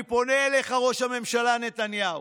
אני פונה אליך, ראש הממשלה נתניהו.